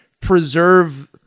preserve